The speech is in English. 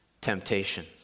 temptation